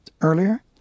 earlier